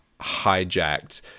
hijacked